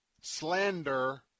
slander